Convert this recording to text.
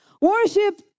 worship